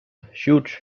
huge